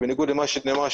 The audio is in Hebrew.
בניגוד למה שנאמר,